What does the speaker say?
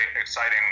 exciting